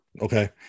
Okay